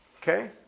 Okay